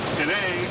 today